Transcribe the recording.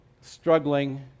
struggling